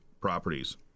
properties